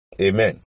Amen